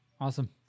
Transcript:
Awesome